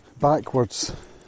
backwards